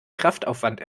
kraftaufwand